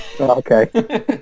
Okay